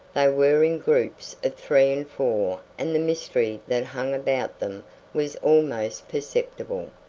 they were in groups of three and four and the mystery that hung about them was almost perceptible.